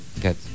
Get